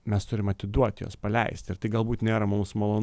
mes turim atiduot juos paleist ir tai galbūt nėra mums malon